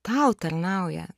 tau tarnauja